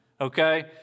okay